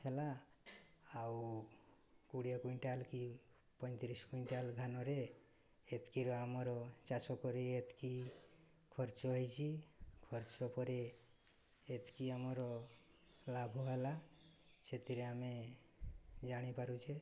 ହେଲା ଆଉ କୋଡ଼ିଏ କୁଇଣ୍ଟାଲ୍ କି ପଇଁତିରିଶ କୁଇଣ୍ଟାଲ୍ ଧାନରେ ଏତିକିର ଆମର ଚାଷ କରି ଏତିକି ଖର୍ଚ୍ଚ ହେଇଛି ଖର୍ଚ୍ଚ ପରେ ଏତିକି ଆମର ଲାଭ ହେଲା ସେଥିରେ ଆମେ ଜାଣିପାରୁଛେ